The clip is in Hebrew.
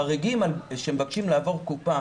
חריגים שמבקשים לעבור קופה